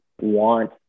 want